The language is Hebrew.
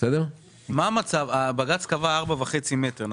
בג"ץ קבע 4.5 מטרים.